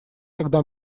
когда